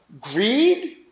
greed